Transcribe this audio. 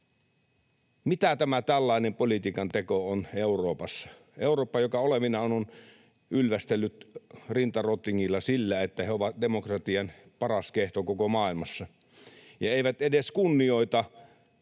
Mitä tämä tällainen politiikanteko on Euroopassa? Eurooppa on ollut olevinaan, ylvästellyt rinta rottingilla, siitä, että he ovat demokratian paras kehto koko maailmassa, ja ei edes kunnioita